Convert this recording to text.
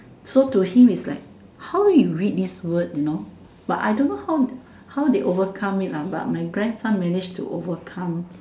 so to him is like how you read this word you know but I don't know how how they overcome it but my grandson manage to overcome